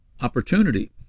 opportunity